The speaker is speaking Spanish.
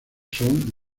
son